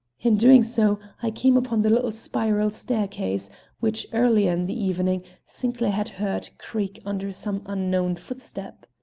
in doing so i came upon the little spiral staircase which, earlier in the evening, sinclair had heard creak under some unknown footstep.